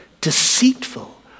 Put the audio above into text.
Deceitful